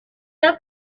casó